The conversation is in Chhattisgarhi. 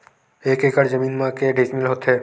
एक एकड़ जमीन मा के डिसमिल होथे?